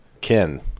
Ken